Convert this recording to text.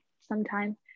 sometime